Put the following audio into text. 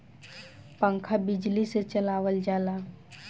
पंखा बिजली से चलावल जाला